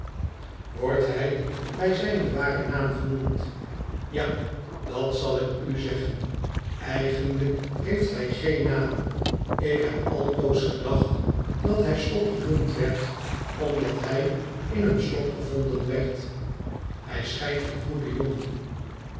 wordt hij bij zijn waren naam genoemd ja wat zal ik u zeggen eigenlijk heeft hij geen naam ik heb altoos gedacht dat hij slop genoemd werd omdat hij in een slop gevonden werd hij schijnt een goede jongen